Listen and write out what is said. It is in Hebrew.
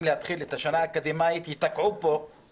להתחיל את השנה האקדמית ייתקעו פה.